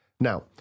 Now